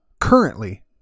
currently